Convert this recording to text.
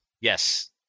yes